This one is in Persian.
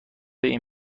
این